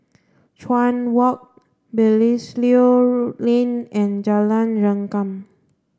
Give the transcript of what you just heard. Chuan Walk Belilios Lane and Jalan Rengkam